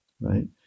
right